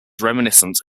reminiscent